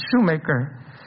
shoemaker